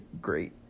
great